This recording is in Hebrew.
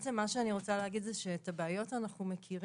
בעצם מה שאני רוצה להגיד זה שאת הבעיות אנחנו מכירים,